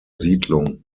siedlung